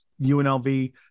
UNLV